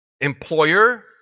Employer